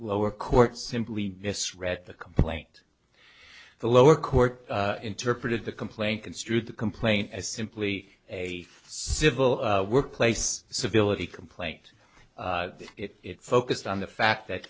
lower court simply misread the complaint the lower court interpreted the complaint construed the complaint as simply a civil workplace civility complaint it focused on the fact that